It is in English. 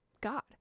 God